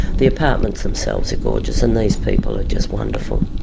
the apartments themselves are gorgeous and these people are just wonderful,